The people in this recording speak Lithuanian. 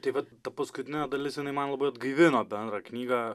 tai va ta paskutinė dalis jinai man labai atgaivino bendrą knygą